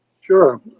Sure